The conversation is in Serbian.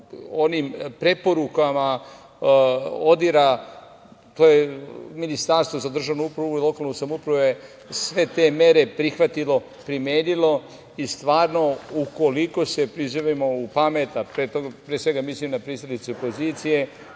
onim preporukama ODIR-a, Ministarstvo za državnu upravu i lokalnu samoupravu je sve te mere prihvatilo, primenilo i stvarno, ukoliko se prizovemo u pamet, a pre svega mislim na pristalice opozicije,